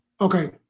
Okay